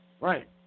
Right